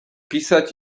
pisać